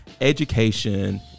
Education